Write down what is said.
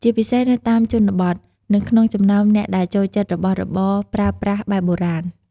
ជាពិសេសនៅតាមជនបទ និងក្នុងចំណោមអ្នកដែលចូលចិត្តរបស់របរប្រើប្រាស់បែបបុរាណ។